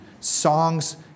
Songs